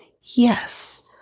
Yes